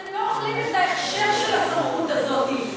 אתם לא אוכלים את ההכשר של הסמכות הזאת.